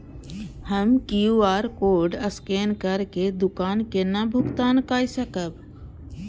हम QR code scan करके दुकान केना भुगतान काय सकब?